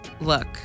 Look